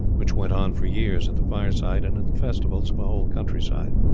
which went on for years at the fireside and at the festivals of a whole country side.